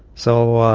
so ah